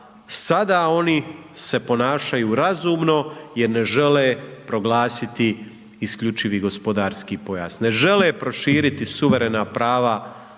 sada oni se ponašaju razumno jer ne žele proglasiti isključivi gospodarski pojas, ne žele proširiti suverena prava